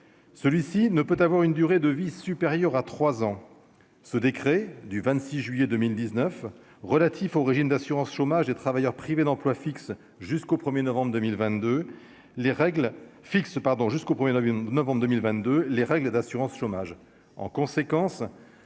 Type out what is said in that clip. celui-ci ne peut avoir une durée de vie supérieure à 3 ans ce décret du 26 juillet 2019 relatif au régime d'assurance chômage des travailleurs privés d'emploi fixe jusqu'au 1er novembre 2022 les règles fixes, pardon, jusqu'au 1er novembre 2022, les règles d'assurance chômage,